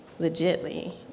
legitly